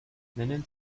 nennen